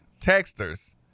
Texters